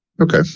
Okay